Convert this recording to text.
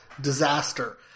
Disaster